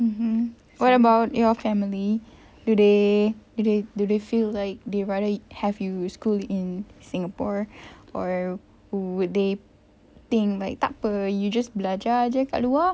mmhmm what about your family do they do they do they feel like they rather have you school in singapore or would they think like takpe you just belajar jer kat luar